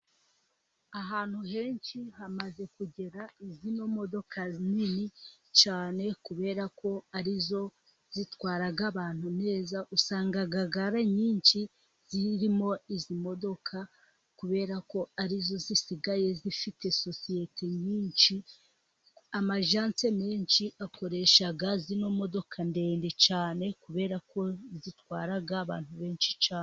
Ahantu henshi, hamaze kugera izi modoka nini cyane kubera ko arizo zitwara abantu neza . Usanga gare nyinshi zirimo izi modoka, kubera ko arizo zisigaye zifite sosiyete nyinshi. Amajanse menshi akoresha izi modoka ndende cyane, kubera ko zitwara abantu benshi cyane.